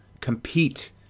compete